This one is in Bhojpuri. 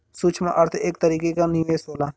सूक्ष्म अर्थ एक तरीके क निवेस होला